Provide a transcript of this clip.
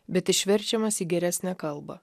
bet išverčiamas į geresnę kalbą